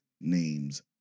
name's